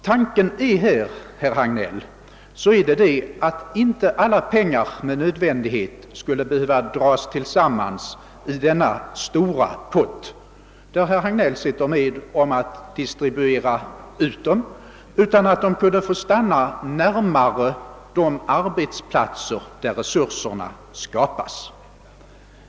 Tanken är, herr Hagnell, att inte alla pengar med nödvändighet skulle behöva dras tillsammans i denna stora pott, där herr Hagnell sitter med och distribuerar dem, utan att de skulle få stanna närmare de arbetsplatser där resurserna skapas.